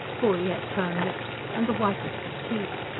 full, yet firm lips, and the whitest of teeth.